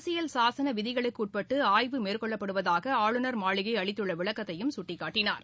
அரசியல் சாசனவிதிகளுக்குஉட்பட்டுஆய்வு மேற்கொள்ளப்படுவதாகஆளுநர் மாளிகைஅளித்துள்ளவிளக்கத்தையும் சுட்டிக்காட்டினார்